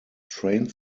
train